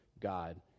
god